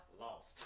lost